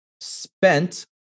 spent